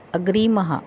अग्रिमः